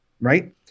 right